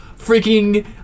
freaking